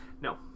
No